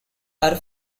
are